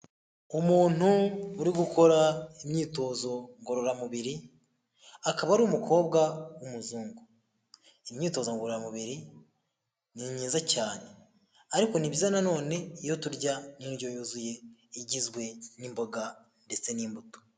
Umuntu uri gukora imyitozo ngororamubiri, akaba ari umukobwa w'umuzungu. Imyitozo ngororamubiri ni myiza cyane ariko ni byiza nanone iyo turya indyo yuzuye igizwe n'imboga ndetse n'imbuto.